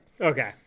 Okay